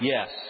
Yes